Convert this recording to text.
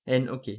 and okay